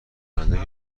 رنجه